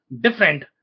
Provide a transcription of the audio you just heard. different